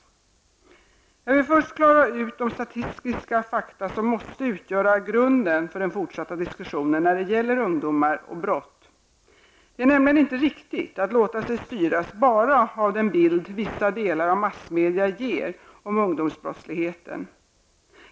Jag vill först klara ut de statistiska fakta som måste utgöra grunden för den fortsatta diskussionen när det gäller ungdomar och brott. Det är nämligen inte riktigt att låta sig styras bara av den bild vissa delar av massmedia ger om ungdomsbrottsligheten.